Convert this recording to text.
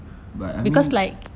but I mean